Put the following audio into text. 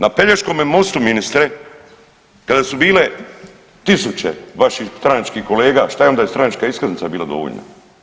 Na Pelješkome mostu ministre kada su bile tisuće vaših stranačkih kolega, šta je onda stranačka iskaznica bila dovoljna?